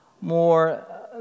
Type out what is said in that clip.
more